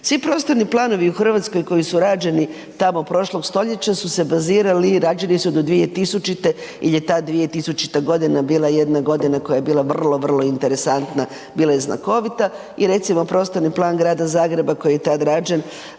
Svi prostorni planovi u Hrvatskoj koji su rađeni tamo prošlog stoljeća su se bazirali i rađeni su do 2000. jer je ta 2000. godina bila jedna godina koja je bila vrlo, vrlo interesantna. Bila je znakovita i recimo prostorni plan Grada Zagreba koji je tada rađen